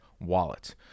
wallet